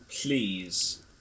please